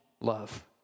love